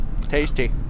Tasty